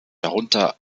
darunter